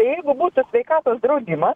tai jeigu būtų sveikatos draudimas